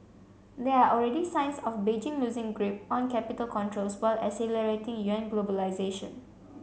there are already signs of Beijing loosing grip on capital controls while accelerating yuan globalization